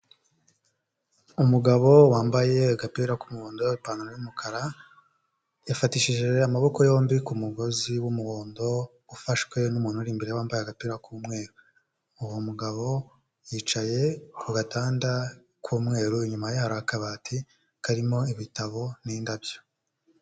Umugabo wambaye agapira k'umuhondo, ipantaro y'umukara, yafatishije amaboko yombi ku mugozi w'umuhondo, ufashwe n'umuntu uri imbere ye, wambaye agapira k'umweru. Uwo mugabo yicaye ku gatanda k'umweru, inyuma ye hari akabati karimo ibitabo n'indabyo.